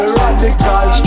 radical